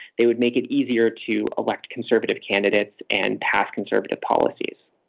they would make it easier to elect conservative candidates and pass conservative policies